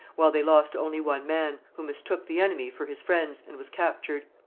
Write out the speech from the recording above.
while they lost only one man, who mistook the enemy for his friends and was captured.